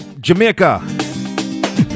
Jamaica